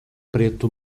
preto